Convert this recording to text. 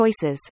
choices